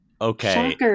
Okay